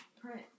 print